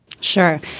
Sure